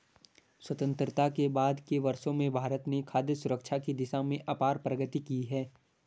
स्वतंत्रता के बाद के वर्षों में भारत ने खाद्य सुरक्षा की दिशा में अपार प्रगति की है